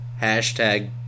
Hashtag